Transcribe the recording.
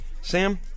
Sam